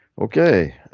okay